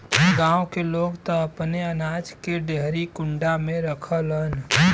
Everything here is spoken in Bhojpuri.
गांव के लोग त अपने अनाज के डेहरी कुंडा में रखलन